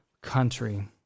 country